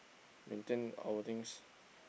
maintain our things